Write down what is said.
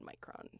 micron